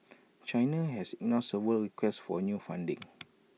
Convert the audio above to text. China has ignored several requests for new funding